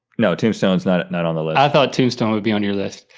no, tombstone's not not on the list. i thought tombstone would be on your list.